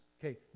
Okay